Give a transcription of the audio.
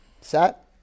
set